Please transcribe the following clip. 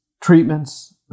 treatments